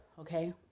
okay